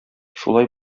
шулай